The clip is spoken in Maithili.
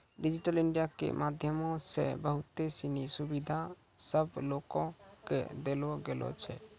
डिजिटल इंडिया के माध्यमो से बहुते सिनी सुविधा सभ लोको के देलो गेलो छै